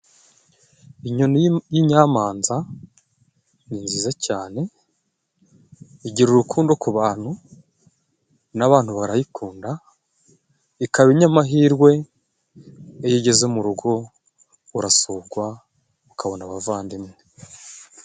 Inyoni y'inyamanza ni nziza cyane igira urukundo ku bantu, n'abantu barayikunda. Ikaba inyamahirwe iyo igeze mu rugo urasukwa ukabona abavandimwe.